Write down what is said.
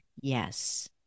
Yes